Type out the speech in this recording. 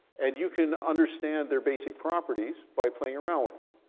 and you can understand their basic properties by playing around with them.